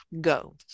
go